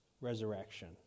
resurrection